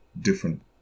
different